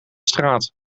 straat